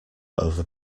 over